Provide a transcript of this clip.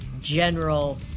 general